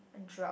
a drought